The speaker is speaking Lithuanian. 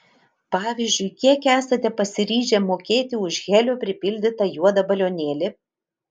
pavyzdžiui kiek esate pasiryžę mokėti už helio pripildytą juodą balionėlį